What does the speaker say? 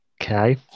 Okay